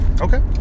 Okay